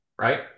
right